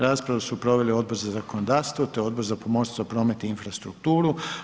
Raspravu su proveli Odbor za zakonodavstvo te Odbor za pomorstvo, promet i infrastrukturu.